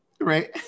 Right